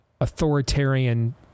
authoritarian